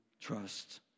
trust